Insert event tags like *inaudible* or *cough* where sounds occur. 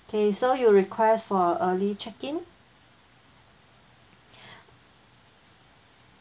okay so you request for early check *breath*